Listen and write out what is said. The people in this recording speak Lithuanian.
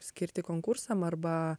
skirti konkursam arba